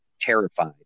terrified